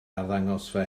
arddangosfa